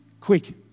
Quick